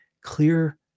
clear